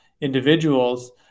individuals